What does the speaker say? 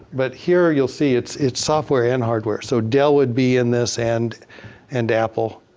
but here you'll see it's it's software and hardware. so, dell would be in this and and apple.